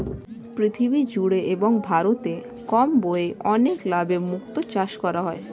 পৃথিবী জুড়ে এবং ভারতে কম ব্যয়ে অনেক লাভে মুক্তো চাষ করা হয়